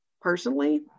personally